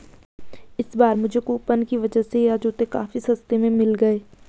इस बार मुझे कूपन की वजह से यह जूते काफी सस्ते में मिल गए